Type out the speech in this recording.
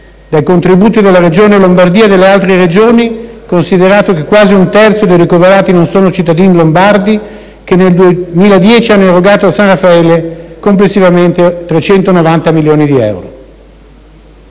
dai contributi della Regione Lombardia e delle altre Regioni (considerato che quasi un terzo dei ricoverati non sono cittadini lombardi), che nel 2010 hanno erogato al San Raffaele complessivamente 390 milioni di euro.